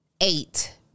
eight